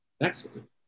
Excellent